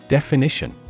Definition